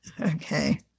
Okay